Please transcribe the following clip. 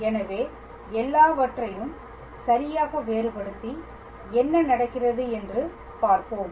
எனவே எல்லாவற்றையும் சரியாக வேறுபடுத்தி என்ன நடக்கிறது என்று பார்ப்போம்